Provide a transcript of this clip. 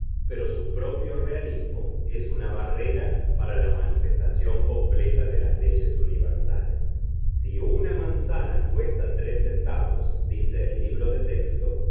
pero su propio realismo es una barrera para la manifestación completa de las leyes universales si una manzana cuesta tres centavos dice el libro de texto